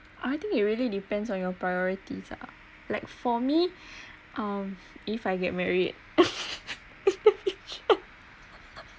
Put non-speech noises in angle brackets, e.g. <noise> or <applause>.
I think it really depends on your priorities lah like for me <breath> um if I get married <laughs>